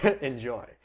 Enjoy